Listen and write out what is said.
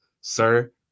Sir